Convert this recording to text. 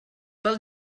pel